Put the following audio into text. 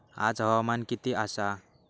आज हवामान किती आसा?